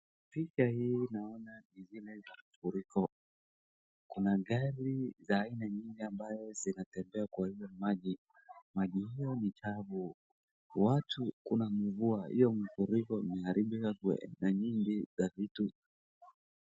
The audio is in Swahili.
Picha hii naona ni zile za mafuriko. Kuna gari za aina nyingi ambazo zinatembea kwa hiyo maji. Maji hayo ni chafu watu kuna mvua hiyo mafuriko imeharibika kwa aina mingi za vitu.